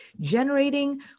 generating